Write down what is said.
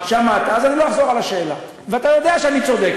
של דברים שאנחנו לא יודעים שנמנעו וסוכלו,